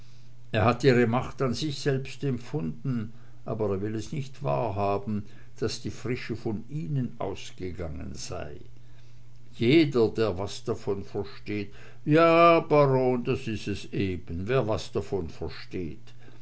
er hat ihre macht an sich selbst empfunden aber er will es nicht wahrhaben daß die frische von ihnen ausgegangen sei jeder der was davon versteht ja baron das is es eben wer was davon versteht